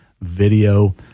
video